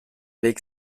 weg